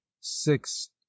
six